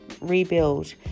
rebuild